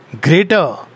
greater